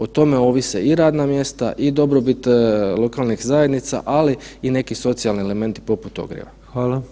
O tome ovise i radna mjesta i dobrobit lokalnih zajednica, ali i neki socijalni elementi poput ogrijeva.